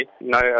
no